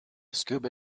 scuba